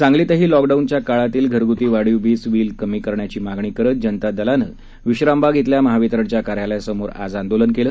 सांगलीतही लोकडॉनच्या काळातील घरगुती वाढीव वीज बिल कमी करण्याची मागणी करत जनता दलानं विश्रामबाग इथल्या महावितरणच्या कार्यालयासमोर आज आंदोलन केलं